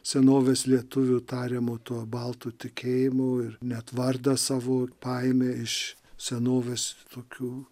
senovės lietuvių tariamo to baltų tikėjimo ir net vardą savo paėmė iš senovės tokių